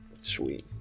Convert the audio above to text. Sweet